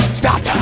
stop